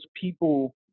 people